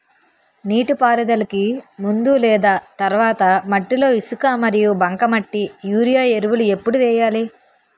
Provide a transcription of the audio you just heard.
నీటిపారుదలకి ముందు లేదా తర్వాత మట్టిలో ఇసుక మరియు బంకమట్టి యూరియా ఎరువులు ఎప్పుడు వేయాలి?